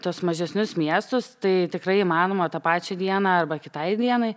tuos mažesnius miestus tai tikrai įmanoma tą pačią dieną arba kitai dienai